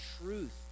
truth